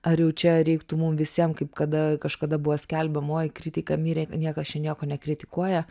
ar jau čia reiktų mum visiem kaip kada kažkada buvo skelbiamoji kritika mirė niekas čia nieko nekritikuoja